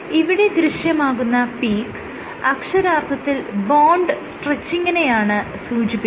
ഇവിടെ ദൃശ്യമാകുന്ന പീക്ക് അക്ഷരാർത്ഥത്തിൽ ബോണ്ട് സ്ട്രെച്ചിങിനെയാണ് സൂചിപ്പിക്കുന്നത്